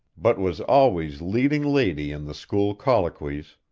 but was always leading lady in the school colloquies,